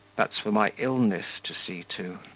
that's for my illness to see to.